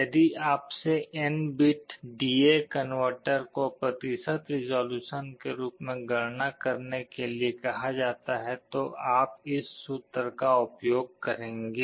यदि आपसे N bit D A converter को प्रतिशत रिज़ॉल्यूशन के रूप में गणना करने के लिए कहा जाता है तो आप इस सूत्र का उपयोग करेंगे